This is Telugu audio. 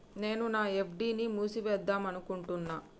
నేను నా ఎఫ్.డి ని మూసివేద్దాంనుకుంటున్న